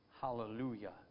Hallelujah